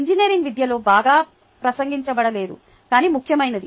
engineering విద్యలో బాగా ప్రసంగించబడలేదు కానీ ముఖ్యమైనది